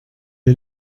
est